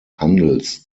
handels